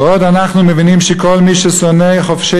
בעוד אנחנו מבינים שכל מי ששונא חובשי